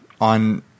on